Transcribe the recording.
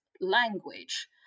language